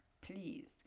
please